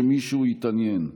שמישהו יתעניין,